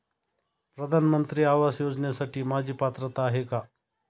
प्रधानमंत्री आवास योजनेसाठी माझी पात्रता आहे का?